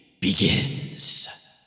begins